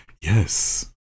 yes